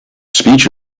speech